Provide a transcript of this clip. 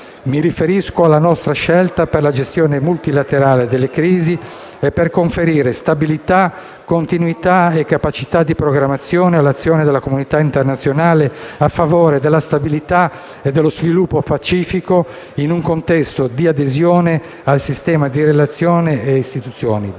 Mi riferisco alla nostra scelta per la gestione multilaterale delle crisi e per conferire stabilità, continuità e capacità di programmazione all'azione della comunità internazionale a favore della stabilità e dello sviluppo pacifico, in un contesto di adesione al sistema di relazioni e istituzioni